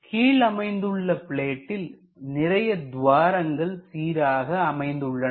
கீழ் அமைந்துள்ள பிளேட்டில் நிறைய துவாரங்கள் சீராக அமைந்து உள்ளன